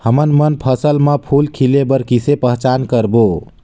हमन मन फसल म फूल खिले बर किसे पहचान करबो?